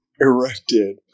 erected